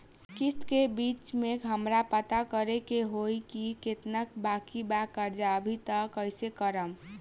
किश्त के बीच मे हमरा पता करे होई की केतना बाकी बा कर्जा अभी त कइसे करम?